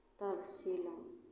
तब सीलहुँ